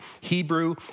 Hebrew